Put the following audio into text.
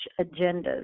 agendas